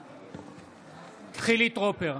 בעד חילי טרופר,